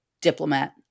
diplomat